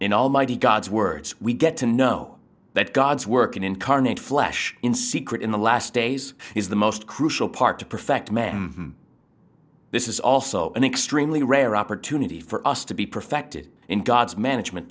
in almighty god's words we get to know that god's work in incarnate flesh in secret in the last days is the most crucial part to perfect man this is also an extremely rare opportunity for us to be perfected in god's management